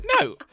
No